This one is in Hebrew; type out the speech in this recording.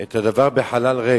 את הדבר בחלל ריק.